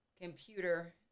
computer